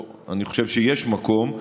אני חושב שיש מקום,